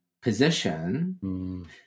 position